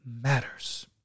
matters